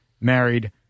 married